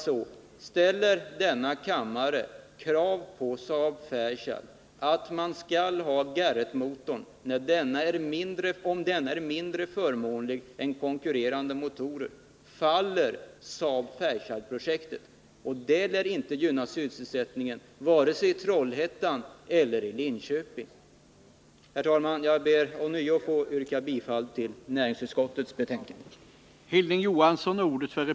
Ställer denna kammare krav på att Saab-Fairchild skall ha Garrettmotorn även om denna är mindre förmånlig än konkurrerande motorer, faller Saab-Fairchildprojektet, och det lär inte gynna sysselsättningen vare sig i Trollhättan eller i Linköping. Herr talman! Jag ber ånyo att få yrka bifall till hemställan i näringsutskottets betänkande.